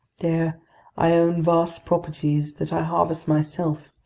there i own vast properties that i harvest myself,